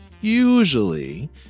usually